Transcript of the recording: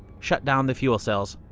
shut down the fuel cells.